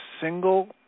single